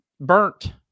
Burnt